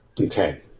Okay